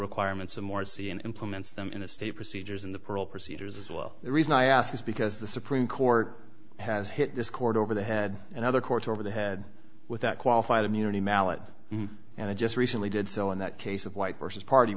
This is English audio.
requirements of morsi and implements them in a state procedures in the parole procedures as well the reason i ask is because the supreme court has hit this court over the head and other courts over the head with that qualified immunity malate and i just recently did so in that case of white versus party